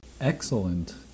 Excellent